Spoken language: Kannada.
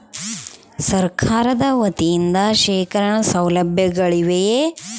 ಸರಕಾರದ ವತಿಯಿಂದ ಶೇಖರಣ ಸೌಲಭ್ಯಗಳಿವೆಯೇ?